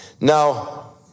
Now